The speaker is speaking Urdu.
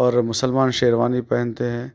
اور مسلمان شیروانی پہنتے ہیں